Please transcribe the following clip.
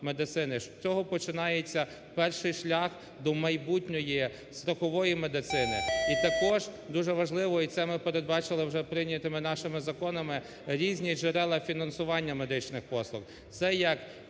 З цього починається перший шлях до майбутньої страхової медицини. І також дуже важливо, і це ми передбачили вже прийнятими нашими законами, різні джерела фінансування медичних послуг.